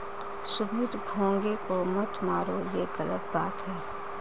सुमित घोंघे को मत मारो, ये गलत बात है